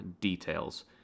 details